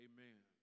Amen